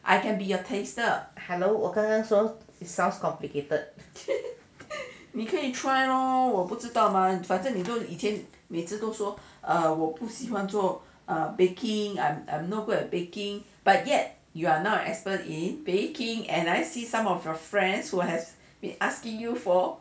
hello 我刚刚说 it sounds complicated